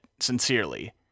sincerely